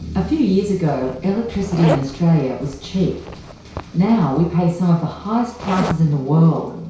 few years ago, electricity in australia was cheap now we pay some of the highest prices in the world.